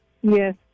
Yes